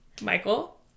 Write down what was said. Michael